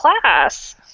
class